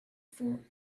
four